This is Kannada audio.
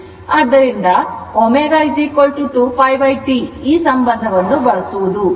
ಆದ್ದರಿಂದ ω 2π T ಈ ಸಂಬಂಧವನ್ನು ಬಳಸುವುದು